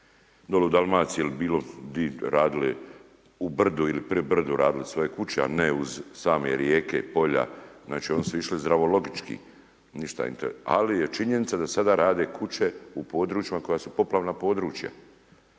dole u Dalmaciji ili bilo gdje radili u brdu ili pri brdu radili svoje kuće a ne uz same rijeke, polja, znači oni su išli zdravologički. Ali je činjenica da sada rade kuće u područjima koja su poplavna područja.